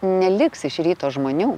neliks iš ryto žmonių